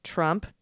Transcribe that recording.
Trump